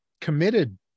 committed